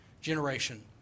generation